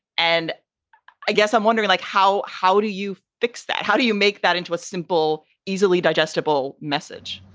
and i guess i'm wondering, like, how how do you fix that? how do you make that into a simple, easily digestible message?